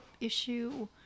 issue